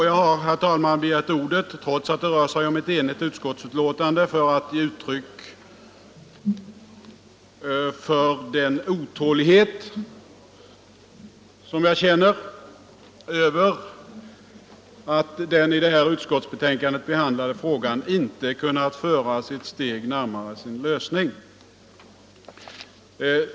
Jag har, herr talman, begärt ordet, trots att det rör sig om ett enigt utskottsbetänkande, för att ge uttryck åt den otålighet som jag känner över att den i det här utskottsbetänkandet behandlade frågan inte kunnat föras ett steg närmare sin lösning.